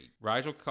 Rigel